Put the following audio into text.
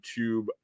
youtube